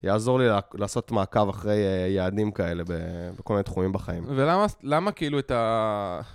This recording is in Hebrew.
יעזור לי לעשות מעקב אחרי יעדים כאלה בכל מיני תחומים בחיים. ולמה כאילו את ה...